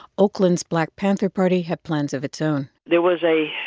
oakland's black panther party had plans of its own there was a